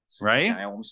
Right